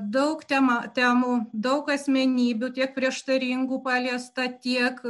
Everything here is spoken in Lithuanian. daug temą temų daug asmenybių tiek prieštaringų paliesta tiek